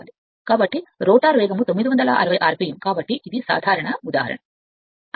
కాబట్టి రోటర్ వేగం 960rpm కాబట్టి సాధారణ ఉదాహరణ సరైనది